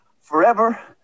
forever